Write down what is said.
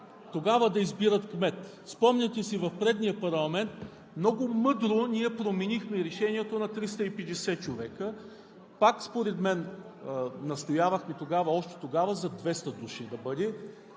души да избират кмет. Спомняте си в предния парламент, много мъдро ние променихме решението на 350 човека, пак според мен настоявахме още тогава да бъде